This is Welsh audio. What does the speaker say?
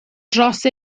dros